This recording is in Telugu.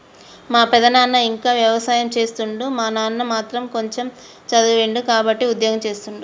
మా పెదనాన ఇంకా వ్యవసాయం చేస్తుండు మా నాన్న మాత్రం కొంచెమ్ చదివిండు కాబట్టే ఉద్యోగం చేస్తుండు